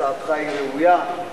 הצעתך היא ראויה,